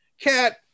Cat